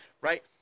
Right